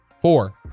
Four